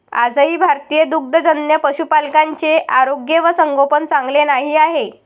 आजही भारतीय दुग्धजन्य पशुपालकांचे आरोग्य व संगोपन चांगले नाही आहे